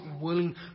willing